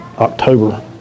October